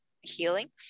healing